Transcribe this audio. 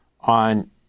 on